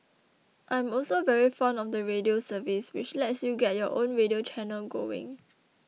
I am also very fond of the Radio service which lets you get your own radio channel going